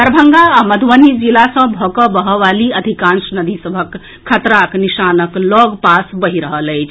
दरभंगा आ मधुबनी जिला सँ भऽ कऽ बहएवाली अधिकांश नदी सभ खतराक निशानक लऽग पास बहि रहल अछि